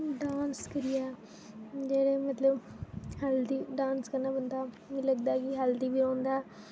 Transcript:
dance करिये जेह्ड़े मत्लब हैल्थी डान्स कन्नै बन्दा मी लगदा कि हैल्थी बी रौह्ंदा ऐ